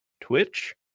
Twitch